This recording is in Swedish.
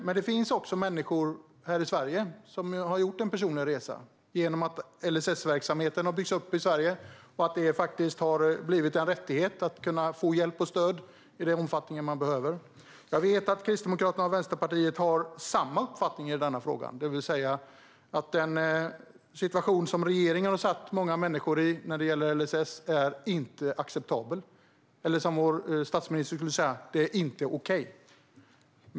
Men det finns också människor här i Sverige som har gjort en personlig resa genom att LSS-verksamheten har byggts upp i Sverige. Det har blivit en rättighet att kunna få hjälp och stöd i den omfattning som man behöver. Jag vet att Kristdemokraterna och Vänsterpartiet har samma uppfattning i denna fråga, det vill säga att den situation som regeringen har försatt många människor i när det gäller LSS inte är acceptabel. Som vår statsminister skulle säga: Det är inte okej.